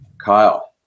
Kyle